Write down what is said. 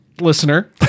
listener